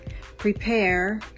prepare